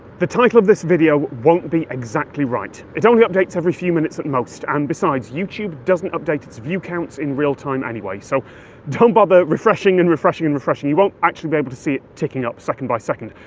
the title of this video won't be exactly right. it only updates every few minutes at most, and besides, youtube doesn't update its view counts in real time anyway, so don't bother refreshing and refreshing and refreshing, you won't actually be able to see it ticking up second-by-second.